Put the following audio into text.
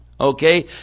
okay